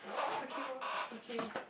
okay what okay